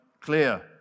clear